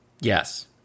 Yes